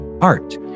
art